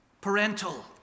Parental